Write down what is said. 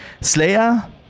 Slayer